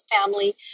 family